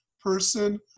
person